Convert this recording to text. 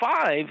five